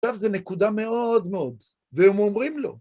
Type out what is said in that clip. עכשיו זה נקודה מאוד מאוד, והם אומרים לו.